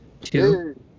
Two